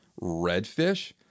redfish